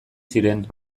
ziren